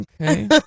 Okay